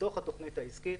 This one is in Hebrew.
בתוך התוכנית העסקית,